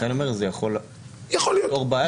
לכן אני אומר שזה יכול ליצור בעיה.